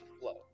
flow